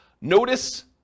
Notice